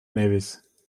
nevis